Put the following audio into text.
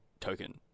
token